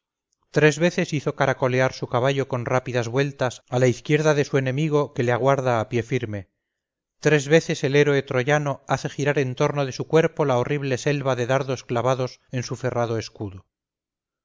tres veces hizo caracolear su caballo con rápidas vueltas a la izquierda de su enemigo que le aguarda a pie firme tres veces el héroe troyano hace girar en torno de su cuerpo la horrible selva de dardos clavados en su ferrado escudo